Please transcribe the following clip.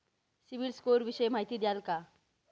CIBIL score विषयी माहिती द्याल का?